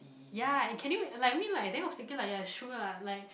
ya can you like I mean like then I was thinking like sure ah like